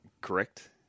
Correct